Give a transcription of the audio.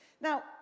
Now